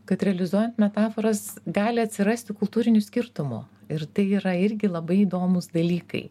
kad realizuojant metaforas gali atsirasti kultūrinių skirtumų ir tai yra irgi labai įdomūs dalykai